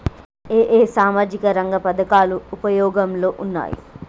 ఏ ఏ సామాజిక రంగ పథకాలు ఉపయోగంలో ఉన్నాయి?